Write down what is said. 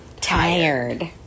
tired